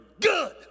good